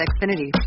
Xfinity